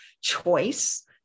choice